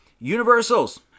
Universals